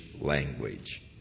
language